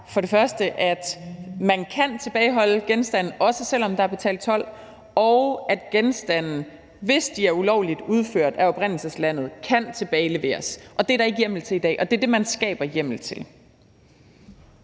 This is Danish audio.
for det første, at man kan tilbageholde genstande, også selv om der er betalt told, og at genstande, hvis de er ulovligt udført af oprindelseslandet, kan tilbageleveres. Det er der ikke hjemmel til i dag, og det er det, man skaber hjemmel til.